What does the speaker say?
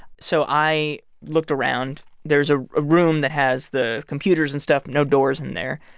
so i looked around. there's a room that has the computers and stuff no doors in there.